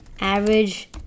average